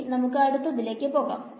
ഇനി നമുക്ക് അടുത്തത്തിലേക്ക് പോവാം